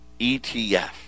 ETF